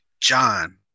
John